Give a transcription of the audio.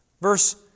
verse